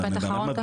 משפט אחרון.